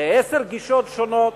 בעשר גישות שונות,